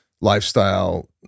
lifestyle